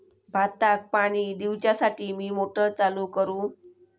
भाताक पाणी दिवच्यासाठी मी मोटर चालू करू?